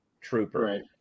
trooper